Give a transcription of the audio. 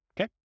okay